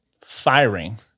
firing